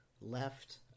left